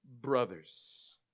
brothers